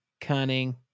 cunning